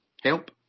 help